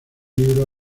libro